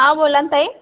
हा बोला ना ताई